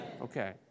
Okay